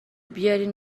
بیارین